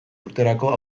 urterako